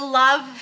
love